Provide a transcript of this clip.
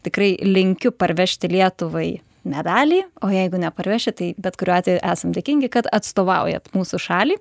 tikrai linkiu parvežti lietuvai medalį o jeigu neparvešit tai bet kuriuo atveju esam dėkingi kad atstovaujat mūsų šalį